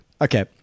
Okay